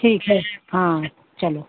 ठीक है हाँ चलो